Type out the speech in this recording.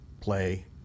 play